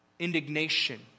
indignation